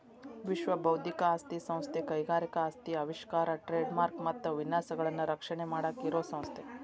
ವಿಶ್ವ ಬೌದ್ಧಿಕ ಆಸ್ತಿ ಸಂಸ್ಥೆ ಕೈಗಾರಿಕಾ ಆಸ್ತಿ ಆವಿಷ್ಕಾರ ಟ್ರೇಡ್ ಮಾರ್ಕ ಮತ್ತ ವಿನ್ಯಾಸಗಳನ್ನ ರಕ್ಷಣೆ ಮಾಡಾಕ ಇರೋ ಸಂಸ್ಥೆ